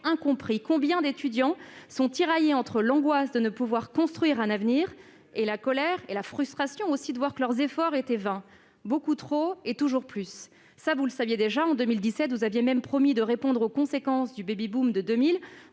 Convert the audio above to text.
incompris ! Combien d'étudiants tiraillés entre l'angoisse de ne pouvoir construire un avenir et la colère- la frustration, aussi -de voir que leurs efforts étaient vains ? Beaucoup trop, et toujours plus ! Cela, vous le saviez déjà : en 2017, vous aviez même promis de répondre aux conséquences du baby-boom de 2000